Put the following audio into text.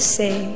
say